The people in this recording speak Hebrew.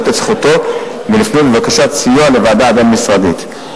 את זכותו ולפנות בבקשת סיוע לוועדה הבין-משרדית,